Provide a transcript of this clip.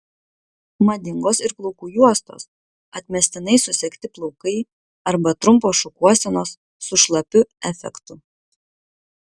madingos ir plaukų juostos atmestinai susegti plaukai arba trumpos šukuosenos su šlapiu efektu